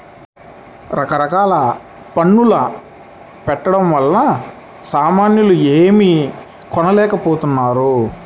రకరకాల పన్నుల పెట్టడం వలన సామాన్యులు ఏమీ కొనలేకపోతున్నారు